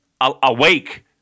awake